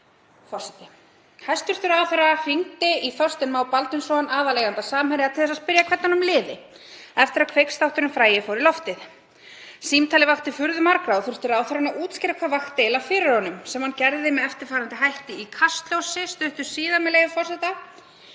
Hæstv. ráðherra hringdi í Þorstein Má Baldursson, aðaleiganda Samherja, til að spyrja hvernig honum liði eftir að Kveiksþátturinn frægi fór í loftið. Símtalið vakti furðu margra og þurfti ráðherrann að útskýra hvað vakti fyrir honum sem hann gerði með eftirfarandi hætti í Kastljósi stuttu síðar, með leyfi forseta: